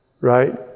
right